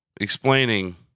explaining